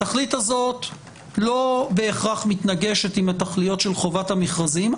התכלית הזאת לא בהכרח מתנגדת עם התכליות של חובת המכרזים,